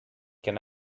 can